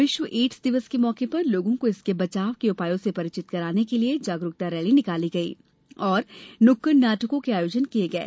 विश्व एड्स दिवस के मौके पर लोगों को इसके बचाव के उपायों से परिचित कराने के लिये जागरूकता रैली निकाली गई और नुक्कड़ नाटकों के आयोजन किये गये